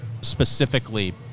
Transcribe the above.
specifically